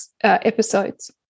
episodes